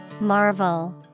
Marvel